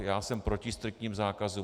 Já jsem proti striktním zákazům.